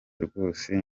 rwose